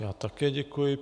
Já také děkuji.